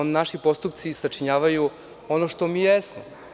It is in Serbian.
Naši postupci sačinjavaju ono što mi jesmo.